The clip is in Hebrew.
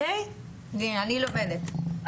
ואני לומדת.